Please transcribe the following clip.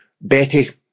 Betty